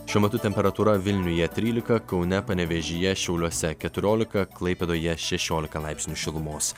šiuo metu temperatūra vilniuje trylika kaune panevėžyje šiauliuose keturiolika klaipėdoje šešiolika laipsnių šilumos